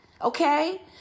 okay